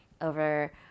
over